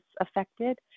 affected